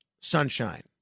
sunshine